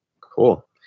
cool